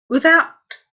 without